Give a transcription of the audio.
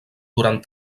durant